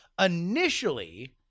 Initially